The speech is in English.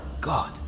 God